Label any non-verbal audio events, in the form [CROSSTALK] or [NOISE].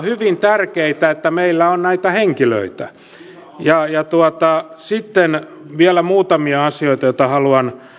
[UNINTELLIGIBLE] hyvin tärkeätä että meillä on näitä henkilöitä sitten vielä muutamia asioita joita haluan